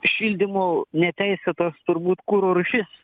šildymų neteisėtos turbūt kuro rūšis